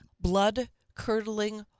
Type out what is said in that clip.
blood-curdling